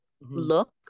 look